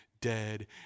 dead